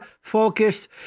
focused